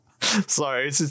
Sorry